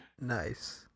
nice